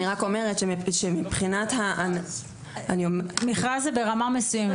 אני רק אומרת שמבחינת --- מכרז --- מכרז זה ברמה מסוימת.